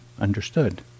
understood